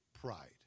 pride